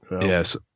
yes